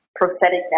Prophetic